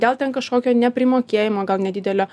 dėl ten kažkokio neprimokėjimo gal nedidelio